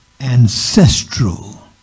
ancestral